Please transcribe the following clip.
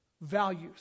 values